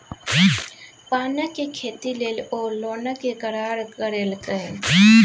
पानक खेती लेल ओ लोनक करार करेलकै